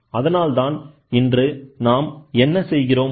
அதனால்தான் இன்று நாம் என்ன செய்கிறோம்